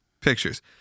pictures